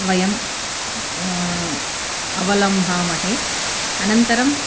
वयं अवलम्भामहे अनन्तरम्